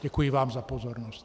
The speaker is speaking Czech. Děkuji vám za pozornost.